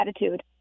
attitude